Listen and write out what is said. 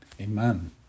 amen